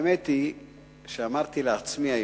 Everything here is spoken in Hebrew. האמת היא שאמרתי לעצמי היום,